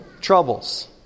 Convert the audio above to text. troubles